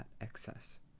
excess